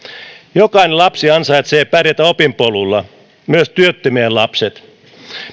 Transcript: jokainen lapsi ansaitsee pärjätä opinpolulla myös työttömien lapset